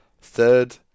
Third